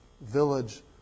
Village